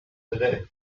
today